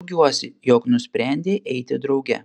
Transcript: džiaugiuosi jog nusprendei eiti drauge